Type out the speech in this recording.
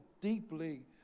deeply